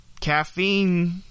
caffeine